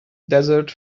desert